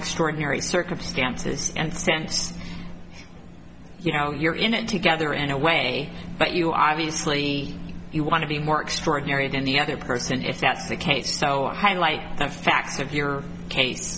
extraordinary circumstances and sense you know you're in it together in a way that you obviously you want to be more extraordinary than the other person if that's the case so highlight f x of your case